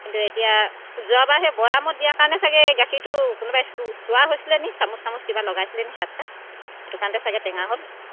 কিন্তু এতিয়া যোৱাবাৰ সেই বয়ামত দিয়াৰ কাৰণে চাগৈ এই গাখীৰটো কোনোবাই চোৱা হৈছিলে নেকি চামুচ টামুচ কিবা লগাইছিলে নেকি হাত চাত সেইটো কাৰণতে চাগৈ টেঙা হ'ল